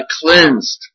cleansed